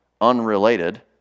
unrelated